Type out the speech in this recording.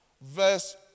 verse